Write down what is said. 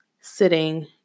sitting